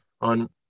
on